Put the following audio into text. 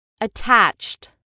Attached